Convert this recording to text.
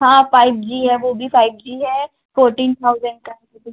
हाँ five G है वो भी फ़ाइव जी है फ़ोर्टीन थाउज़ेन्ड का है वो भी